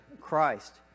Christ